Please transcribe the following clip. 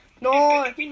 No